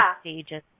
stages